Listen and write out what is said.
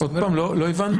עוד פעם, לא הבנתי.